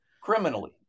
criminally